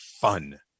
fun